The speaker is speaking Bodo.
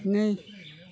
नै